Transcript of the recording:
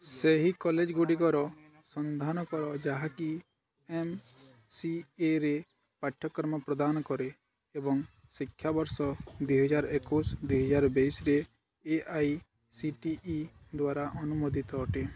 ସେହି କଲେଜ ଗୁଡ଼ିକର ସନ୍ଧାନ କର ଯାହାକି ଏମ୍ସିଏରେ ପାଠ୍ୟକ୍ରମ ପ୍ରଦାନ କରେ ଏବଂ ଶିକ୍ଷାବର୍ଷ ଦୁଇହଜାର ଏକୋଇଶ ଦୁଇହଜାର ବାଇଶରେ A I C T E ଦ୍ଵାରା ଅନୁମୋଦିତ ଅଟେ